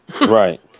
Right